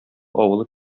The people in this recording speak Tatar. авылы